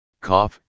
cough